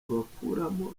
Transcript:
bakuramo